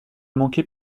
manqué